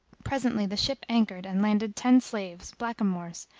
presently the ship anchored and landed ten slaves, blackamoors,